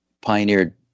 pioneered